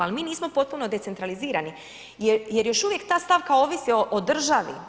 Ali, mi nismo potpuno decentralizirani jer još uvijek ta stavka ovisi o državi.